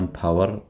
power